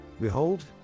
Behold